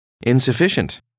insufficient